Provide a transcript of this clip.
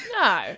no